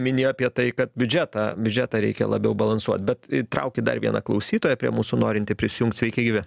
minėjo apie tai kad biudžetą biudžetą reikia labiau balansuot bet įtraukit dar vieną klausytoją prie mūsų norintį prisijungt sveiki gyvi